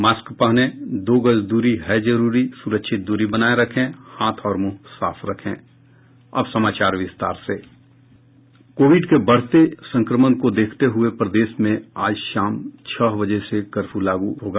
mask पहनें दो गज दूरी है जरूरी सुरक्षित दूरी बनाये रखें हाथ और मुंह साफ रखें कोविड के बढ़ते संक्रमण को देखते हये प्रदेश में आज शाम छह बजे से कर्फ्यू लागू होगा